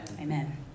Amen